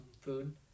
food